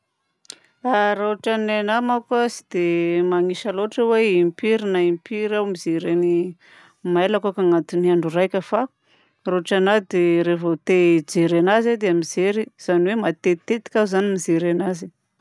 Raha ôtran'ny anahy manko a tsy dia manisa loatra aho hoe impiry na impiry aho mijery ny mailakako agnatin'ny andro raika fa raha ôtranahy dia revô te hijery anazy aho dia mijery. Izany hoe matetitetika aho zany mijery anazy.